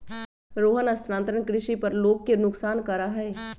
रोहन स्थानांतरण कृषि पर लोग के नुकसान करा हई